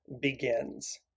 begins